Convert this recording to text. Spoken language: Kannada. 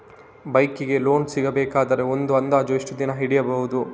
ಬೈಕ್ ಗೆ ಲೋನ್ ಸಿಗಬೇಕಾದರೆ ಒಂದು ಅಂದಾಜು ಎಷ್ಟು ದಿನ ಹಿಡಿಯಬಹುದು?